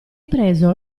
preso